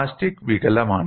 plastic വികലമാണ്